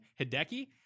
hideki